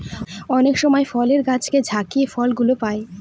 অনেক সময় ফলের গাছকে ঝাকিয়ে ফল গুলো পাই